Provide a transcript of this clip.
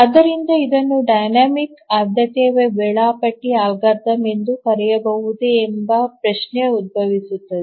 ಆದ್ದರಿಂದ ಇದನ್ನು ಡೈನಾಮಿಕ್ ಆದ್ಯತೆಯ ವೇಳಾಪಟ್ಟಿ ಅಲ್ಗಾರಿದಮ್ ಎಂದು ಕರೆಯಬಹುದೇ ಎಂಬ ಪ್ರಶ್ನೆ ಉದ್ಭವಿಸುತ್ತದೆ